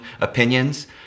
opinions